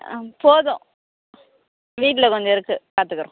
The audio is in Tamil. ம் போதும் வீட்டில் கொஞ்சம் இருக்கு பார்த்துக்குறோம்